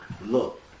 look